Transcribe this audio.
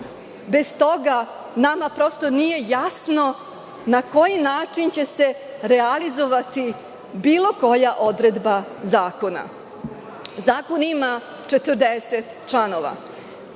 Bez toga nama prosto nije jasno na koji način će se realizovati bilo koja odredba zakona. Zakon ima 40 članova.